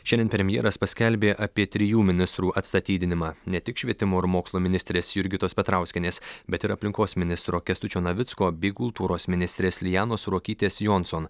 šiandien premjeras paskelbė apie trijų ministrų atstatydinimą ne tik švietimo ir mokslo ministrės jurgitos petrauskienės bet ir aplinkos ministro kęstučio navicko bei kultūros ministrės lianos ruokytės jonson